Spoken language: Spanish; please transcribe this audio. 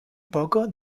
poco